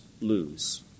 lose